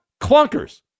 clunkers